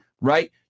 right